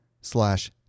slash